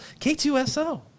K2SO